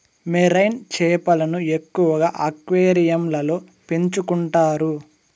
marine చేపలను ఎక్కువగా అక్వేరియంలలో పెంచుకుంటారు